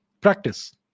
practice